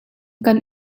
kan